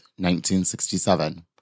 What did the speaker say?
1967